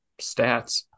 stats